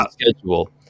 schedule